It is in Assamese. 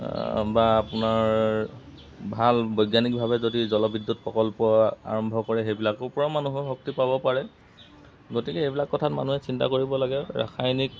বা আপোনাৰ ভাল বৈজ্ঞানিকভাৱে যদি জলবিদ্যুৎ প্ৰকল্প আৰম্ভ কৰে সেইবিলাকৰ পৰাও মানুহৰ শক্তি পাব পাৰে গতিকে এইবিলাক কথাত মানুহে চিন্তা কৰিব লাগে ৰাসায়নিক